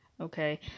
okay